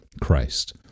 Christ